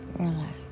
Relax